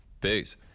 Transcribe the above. peace